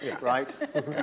right